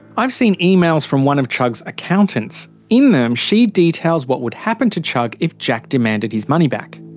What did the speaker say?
i've seen emails from one of chugg's accountants. in them, she details what would happen to chugg if jack demanded his money back.